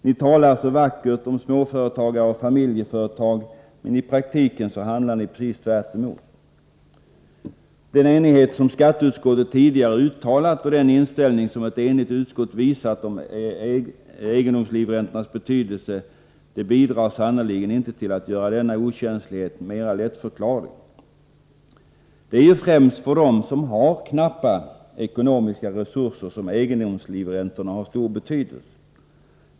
Ni talar så vackert om småföretag och familjeföretag, men i praktiken handlar ni precis tvärtom. Den enighet och den inställning som skatteutskottet tidigare visat i fråga om egendomslivräntornas betydelse bidrar sannerligen inte till att göra denna okänslighet mera lättförklarlig. Det är främst för dem som har knappa ekonomiska resurser som egendomslivräntorna har stor betydelse.